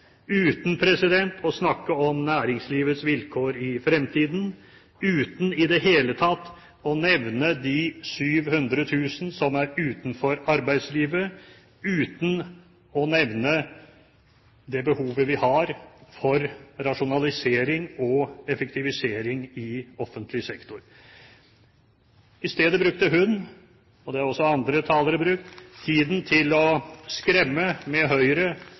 uten å snakke om næringslivets vilkår i fremtiden, uten i det hele tatt å nevne de 700 000 som er utenfor arbeidslivet, uten å nevne det behovet vi har for rasjonalisering og effektivisering i offentlig sektor. I stedet brukte hun, og det har også andre talere gjort, tiden til å skremme med Høyre